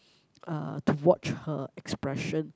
uh to watch her expression